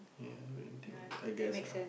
ya wait until I guess ah